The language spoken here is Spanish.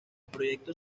proyecto